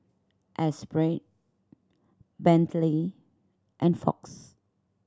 Esprit Bentley and Fox